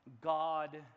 God